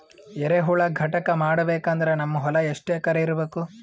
ಎರೆಹುಳ ಘಟಕ ಮಾಡಬೇಕಂದ್ರೆ ನಮ್ಮ ಹೊಲ ಎಷ್ಟು ಎಕರ್ ಇರಬೇಕು?